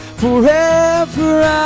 forever